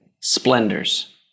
splendors